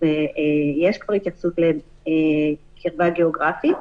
יש כבר התייחסות לקרבה גאוגרפית.